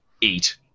eat